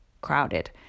crowded